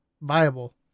viable